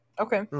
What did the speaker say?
okay